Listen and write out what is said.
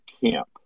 camp